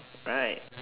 right